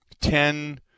ten